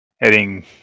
heading